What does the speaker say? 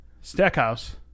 Stackhouse